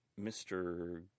Mr